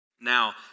Now